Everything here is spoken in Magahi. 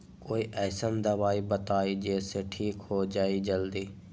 कोई अईसन दवाई बताई जे से ठीक हो जई जल्दी?